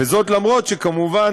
וזאת למרות העובדה שכמובן,